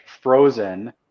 frozen